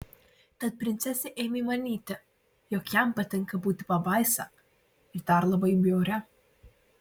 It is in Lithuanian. tad princesė ėmė manyti jog jam patinka būti pabaisa ir dar labai bjauria